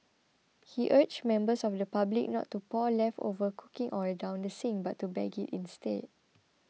he urged members of the public not to pour leftover cooking oil down the sink but to bag it instead